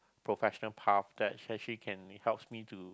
professional path that actually can helps me to